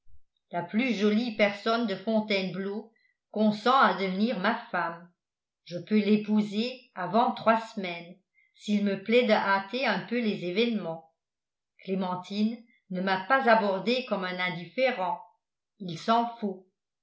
la plus jolie personne de fontainebleau consent à devenir ma femme je peux l'épouser avant trois semaines s'il me plaît de hâter un peu les événements clémentine ne m'a pas abordé comme un indifférent il s'en faut